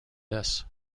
this